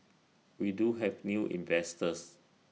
we do have new investors